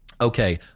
okay